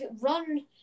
run